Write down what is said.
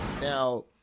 Now